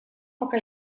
пока